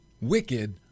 wicked